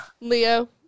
Leo